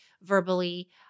verbally